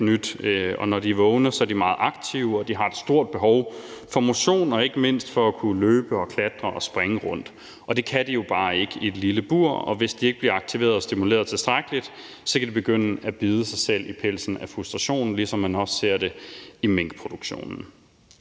Når de er vågne, er de meget aktive og har et stort behov for motion og ikke mindst for at kunne løbe, klatre og springe rundt. Det kan de jo bare ikke i et lille bur, og hvis de ikke bliver aktiveret og stimuleret tilstrækkeligt, kan de begynde at bide sig selv i pelsen af frustration, ligesom man også ser det i minkproduktionen.